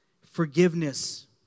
Forgiveness